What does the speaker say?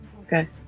Okay